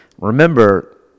remember